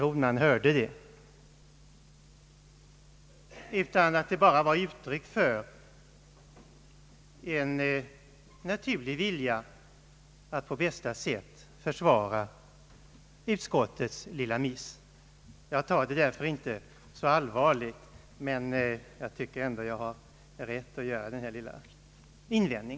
tro när man hörde det, utan att det bara var ett uttryck för en naturlig vilja att på bästa sätt försvara utskottets lilla miss. Jag tar det därför inte så. allvarligt, men jag tycker ändå att jag har rätt att göra denna lilla invändning.